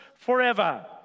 forever